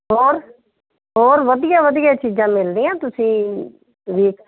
ਹੋਰ ਹੋਰ ਵਧੀਆ ਵਧੀਆ ਚੀਜ਼ਾਂ ਮਿਲਦੀਆਂ ਤੁਸੀਂ ਵੀ